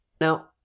Now